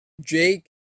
Jake